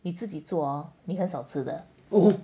你自己做你很少吃的